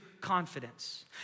confidence